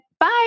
bye